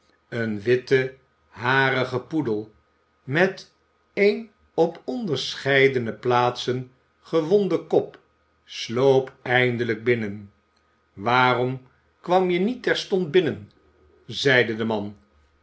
een witte harige poedel met een op onderscheidene plaatsen gewonden kop sloop eindelijk binnen waarom kwam je niet terstond binnen zeide de man